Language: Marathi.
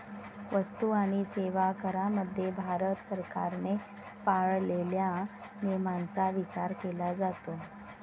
वस्तू आणि सेवा करामध्ये भारत सरकारने पाळलेल्या नियमांचा विचार केला जातो